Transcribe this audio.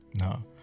No